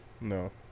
no